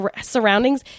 surroundings